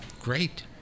great